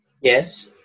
Yes